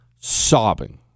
sobbing